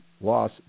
loss